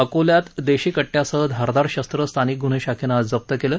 अकोल्यात देशीकट्ट्यासह धारदार शस्त्र स्थानिक गुन्हे शाखेनं आज जप्त केले